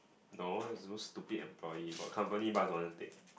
no is those stupid employee got company bus don't want take